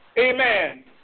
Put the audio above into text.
Amen